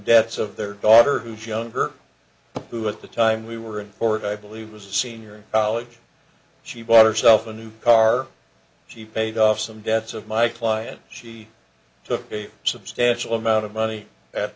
debts of their daughter who's younger who at the time we were in court i believe was a senior in college she bought herself a new car she paid off some debts of my client she took a substantial amount of money at